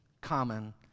common